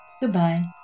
goodbye